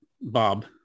Bob